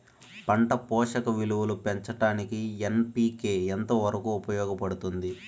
పంట పోషక విలువలు పెంచడానికి ఎన్.పి.కె ఎంత వరకు ఉపయోగపడుతుంది